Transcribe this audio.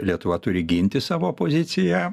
lietuva turi ginti savo poziciją